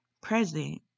present